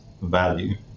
value